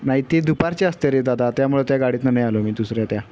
नाही ती दुपारची असते रे दादा त्यामुळे त्या गाडीतून आलो मी दुसऱ्या त्या